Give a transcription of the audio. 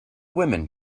women